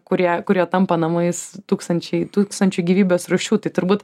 kurie kurie tampa namais tūkstančiai tūkstančių gyvybės rūšių tai turbūt